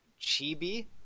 chibi